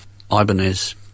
Ibanez